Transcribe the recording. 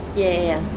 yeah,